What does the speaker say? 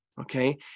Okay